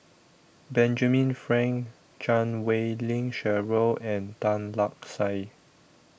Benjamin Frank Chan Wei Ling Cheryl and Tan Lark Sye